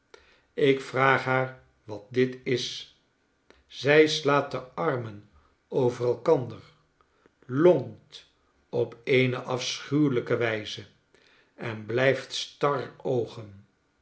ikvraaghaar wat dit is zij slaat de armen over elkander lonkt op eene afschuwelijke wijze en bliift